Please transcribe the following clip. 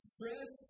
Stress